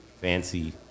fancy